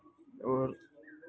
और